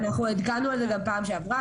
אנחנו עדכנו על זה גם בדיון הקודם בפעם שעברה,